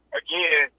again